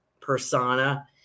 persona